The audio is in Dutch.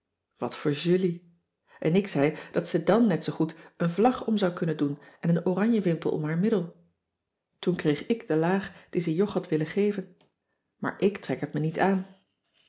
wat voor julie en ik zei dat ze dàn net zoo goed een vlag om zou kunnen doen en een oranjewimpel om haar middel toen kreeg ik de laag die ze jog had willen geven maar ik trek het me niet aan